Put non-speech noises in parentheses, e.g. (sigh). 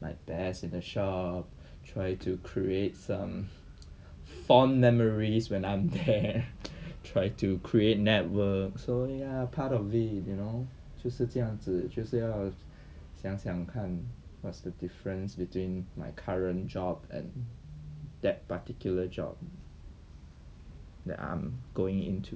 my best in a shop try to create some fond memories when I'm there (laughs) try to create network so ya part of it you know 就是这样子就是要想想看 what's the difference between my current job at that particular job that I'm going into